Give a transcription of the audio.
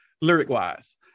lyric-wise